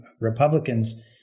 Republicans